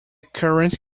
current